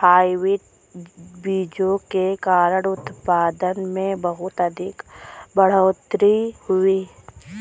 hybrid बीजों के कारण उत्पादन में बहुत अधिक बढ़ोतरी हुई